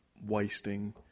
wasting